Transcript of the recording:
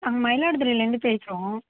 நாங்க மயிலாடுதுறைலேருந்து பேசுறோம்